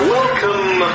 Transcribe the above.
Welcome